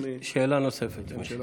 שאלה נוספת, בבקשה.